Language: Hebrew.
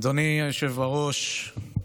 אדוני היושב-ראש,